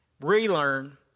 relearn